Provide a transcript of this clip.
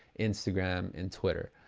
instagram and twitter.